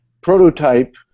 prototype